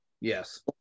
yes